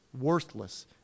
worthless